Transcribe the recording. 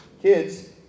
Kids